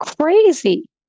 crazy